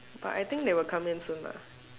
but I think they will come in soon lah